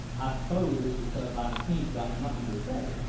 i s'pose it's because i hain't got nothin' to say!